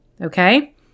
Okay